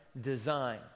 design